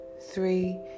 three